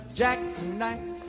jackknife